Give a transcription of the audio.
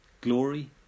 glory